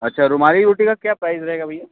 अच्छा रुमाली रोटी का क्या प्राइज़ रहेगा भैया